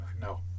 No